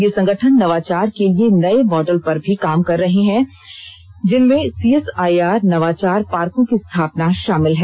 ये संगठन नवाचार के नये मॉडल पर भी काम कर रहे हैं जिनमें सीएसआईआर नवाचार पार्कों की स्थापना शामिल है